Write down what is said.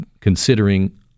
considering